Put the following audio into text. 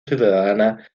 ciudadana